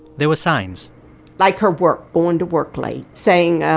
there were signs like her work, going to work late, saying,